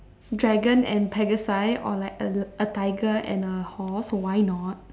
dragon and pegasi or like a tiger and a horse why not